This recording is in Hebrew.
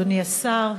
אדוני השר,